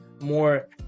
more